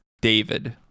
david